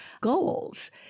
goals